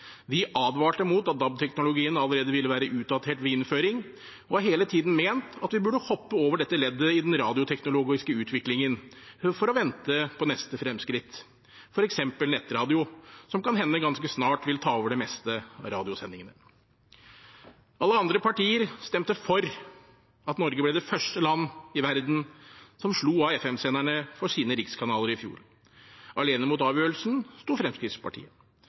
Vi advarte mot at DAB-teknologien ville være utdatert allerede ved innføringen, og har hele tiden ment at vi burde hoppe over dette leddet i den radioteknologiske utviklingen for å vente på neste fremskritt – f.eks. nettradio, som kan hende ganske snart vil ta over det meste av radiosendingene. Alle andre partier stemte for at Norge skulle bli det første land i verden som slo av FM-senderne for sine rikskanaler i fjor. Alene mot avgjørelsen sto Fremskrittspartiet.